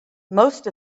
most